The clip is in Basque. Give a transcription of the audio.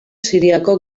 siriako